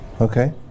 Okay